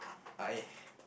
I